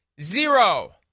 Zero